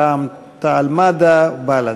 רע"ם-תע"ל-מד"ע ובל"ד.